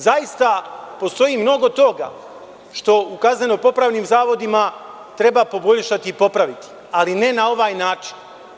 Zaista postoji mnogo toga što u kazneno-popravnim zavodima treba poboljšati i popraviti, ali ne na ovaj način.